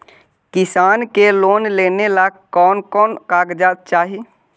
किसान के लोन लेने ला कोन कोन कागजात चाही?